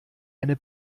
eine